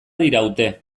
diraute